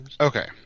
Okay